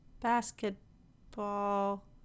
basketball